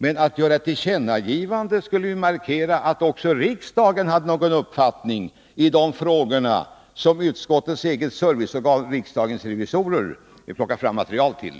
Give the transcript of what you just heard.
Men om man gör ett tillkännagivande skulle man markera att riksdagen har en uppfattning i de frågor där utskottets eget serviceorgan riksdagens revisorer har plockat fram material.